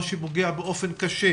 מאבו קרינאת במגזר הבדואי או כל מקום